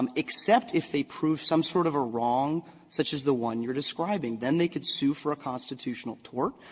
um except if they proved some sort of a wrong such as the one you're describing. then they could sue for a constitutional tort.